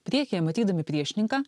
priekyje matydami priešininką